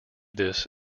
this